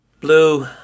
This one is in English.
Blue